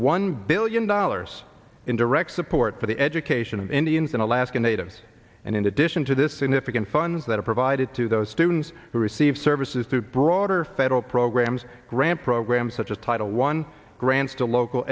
one billion dollars in direct support for the education of indians and alaska natives and in addition to this significant funds that are provided to those students who receive services through broader federal programs grant programs such as title one grants to local